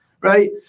right